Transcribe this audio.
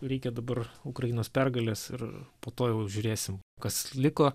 reikia dabar ukrainos pergalės ir po to jau žiūrėsim kas liko